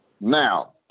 Now